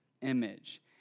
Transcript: image